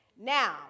Now